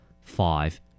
five